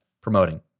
promoting